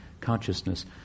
consciousness